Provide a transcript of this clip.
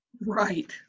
right